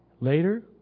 later